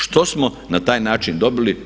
Što smo na taj način dobili?